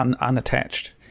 unattached